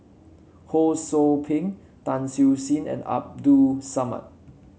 Ho Sou Ping Tan Siew Sin and Abdul Samad